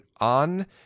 on